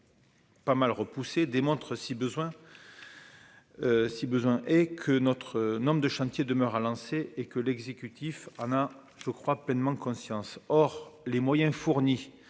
Pas mal repoussé démontre, si besoin, si besoin est que notre nombre de chantiers demeure a lancé et que l'exécutif Anna je crois pleinement conscience, or les moyens fournis